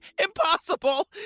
impossible